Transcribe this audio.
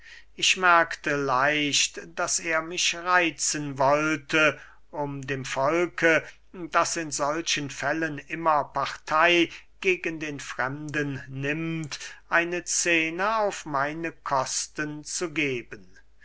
ich merkte leicht daß er mich reitzen wollte um dem volke das in solchen fällen immer partey gegen den fremden nimmt eine scene auf meine kosten zu geben